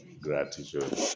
gratitude